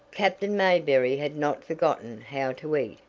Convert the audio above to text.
captain mayberry had not forgotten how to eat.